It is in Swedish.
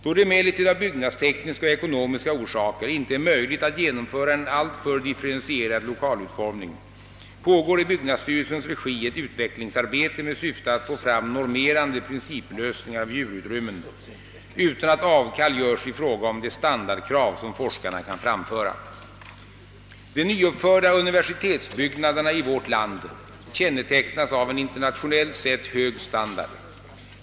Då det emellertid av byggnadstekniska och ekonomiska orsaker inte är möjligt att genomföra en alltför differentierad lokalutformning pågår i byggnadsstyrelsens regi ett utvecklingsarbete med syfte att få fram normerande principlösningar av djurutrymmen utan att avkall görs i fråga om de standardkrav som forskarna kan framföra. De nyuppförda universitetsbyggnaderna i vårt land kännetecknas av en inter nationellt sett hög standard.